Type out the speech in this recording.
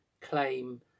claim